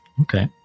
Okay